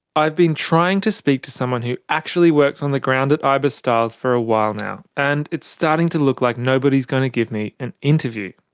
i've been trying to speak to someone who actually works on the ground at ibis styles for a while now, and it's starting to look like nobody's going to give me an interview.